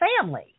family